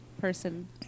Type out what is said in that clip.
person